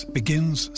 begins